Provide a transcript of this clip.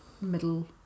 middle